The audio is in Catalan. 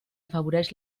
afavoreix